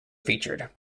featured